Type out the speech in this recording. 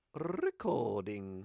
Recording